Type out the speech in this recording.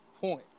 point